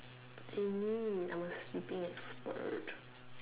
Tini I'm a sleeping expert